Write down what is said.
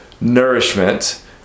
nourishment